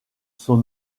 sont